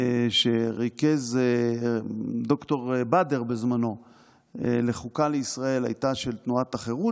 שריכז ד"ר באדר בזמנו לחוקה לישראל הייתה של תנועת החרות,